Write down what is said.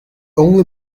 only